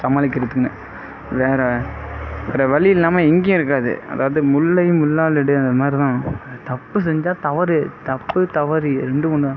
சமாளிக்கிறதுக்குன்னு வேற வேற வழி இல்லாமல் எங்கேயும் இருக்காது அதாவது முள்ளை முள்ளால் எடு அந்தமாதிரி தான் தப்பு செஞ்சால் தவறு தப்பு தவறு ரெண்டும் ஒன்றுதான்